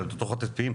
על הדוחות הכספיים.